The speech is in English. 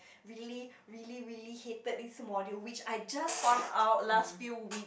really really really hated this module which I just found out last few weeks